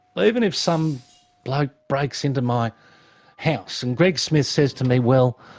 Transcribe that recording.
but even if some bloke breaks into my house, and greg smith says to me, well,